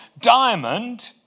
Diamond